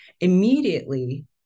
immediately